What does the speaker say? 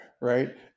Right